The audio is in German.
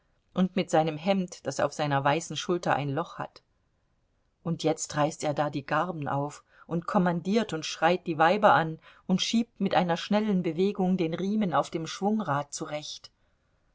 und mit seinem hemd das auf seiner weißen schulter ein loch hat und jetzt reißt er da die garben auf und kommandiert und schreit die weiber an und schiebt mit einer schnellen bewegung den riemen auf dem schwungrad zurecht